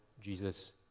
Jesus